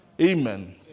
Amen